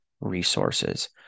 resources